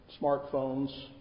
smartphones